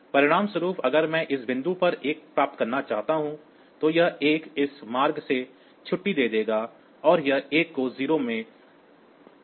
परिणामस्वरूप अगर मैं इस बिंदु पर 1 प्राप्त करना चाहता हूं तो यह 1 इस मार्ग से छुट्टी दे देगा और यह 1 को 0 में संशोधित किया जाएगा